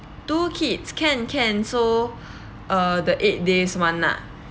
two kids can can so uh the eight days [one] uh